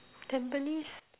tampines